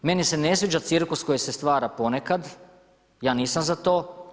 Meni se ne sviđa cirkus koji se stvara ponekad, ja nisam za to.